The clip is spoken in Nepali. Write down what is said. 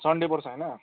सन्डे पर्छ हैन